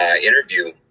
interview